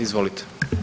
Izvolite.